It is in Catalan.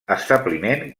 establiment